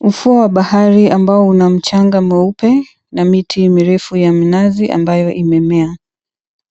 Ufuo wa bahari ambao una mchanga mweupe na miti mirefu ya minazi ambayo imemea.